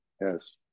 yes